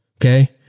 Okay